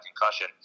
concussion